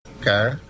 Okay